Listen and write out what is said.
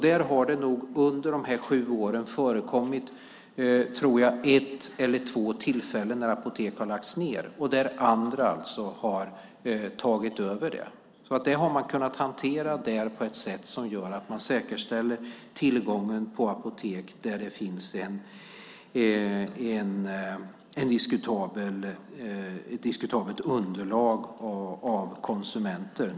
Där har det under de här sju åren varit, tror jag, ett eller två tillfällen när apotek har lagts ned och andra har tagit över. Det har man alltså kunnat hantera där på ett sätt som gör att man säkerställer tillgången på apotek där det finns ett diskutabelt underlag av konsumenter.